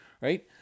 right